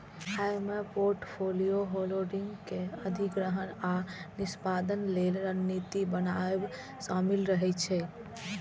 अय मे portfolio holding के अधिग्रहण आ निष्पादन लेल रणनीति बनाएब शामिल रहे छै